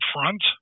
Front